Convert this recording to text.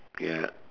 ya